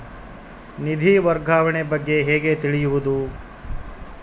ನಿಧಿ ವರ್ಗಾವಣೆ ಬಗ್ಗೆ ಹೇಗೆ ತಿಳಿಯುವುದು?